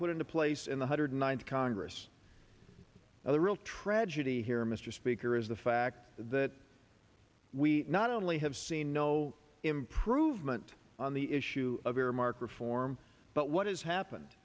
put into place in the hundred ninth congress now the real tragedy here mr speaker is the fact that we not only have seen no improvement on the issue of earmark reform but what has happened